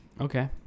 Okay